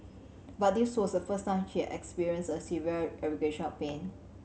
but this was the first time she experienced a severe aggravation of pain